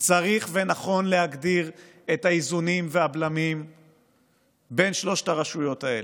צריך ונכון להגדיר את האיזונים והבלמים בין שלוש הרשויות האלה,